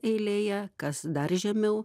eilėje kas dar žemiau